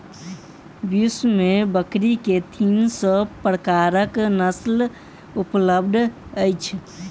विश्व में बकरी के तीन सौ प्रकारक नस्ल उपलब्ध अछि